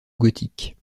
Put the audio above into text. gothique